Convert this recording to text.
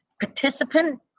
participant